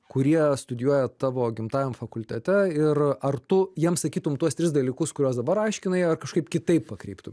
kurie studijuoja tavo gimtajam fakultete ir ar tu jiems sakytum tuos tris dalykus kuriuos dabar aiškinai ar kažkaip kitaip pakreiptum